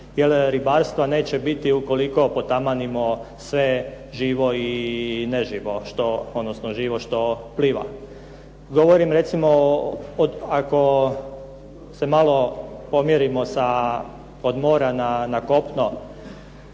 jer ribarstva neće biti ukoliko potamanimo sve živo i neživo, odnosno živo što pliva. Govorim recimo ako se malo pomjerimo od mora na kopno